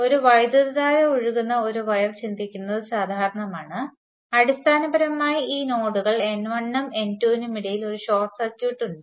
ഒരു വൈദ്യുതധാര ഒഴുകുന്ന ഒരു വയർ ചിന്തിക്കുന്നത് സാധാരണമാണ് അടിസ്ഥാനപരമായി ഈ നോഡുകൾ n1 നും n2 നും ഇടയിൽ ഒരു ഷോർട്ട് സർക്യൂട്ട് ഉണ്ട്